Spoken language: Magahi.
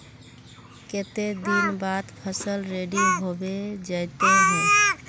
केते दिन बाद फसल रेडी होबे जयते है?